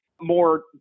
more